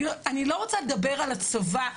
אני לא רוצה לדבר על הצבא,